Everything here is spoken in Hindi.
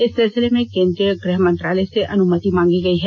इस सिलसिले में केंद्रीय गृह मंत्रालय से अनूमति मांगी गई है